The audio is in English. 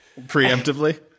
preemptively